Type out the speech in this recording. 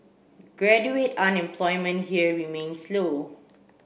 graduate unemployment here remains low